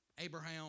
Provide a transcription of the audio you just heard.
Abraham